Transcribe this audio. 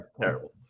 terrible